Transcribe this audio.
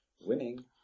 Winning